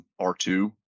R2